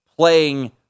playing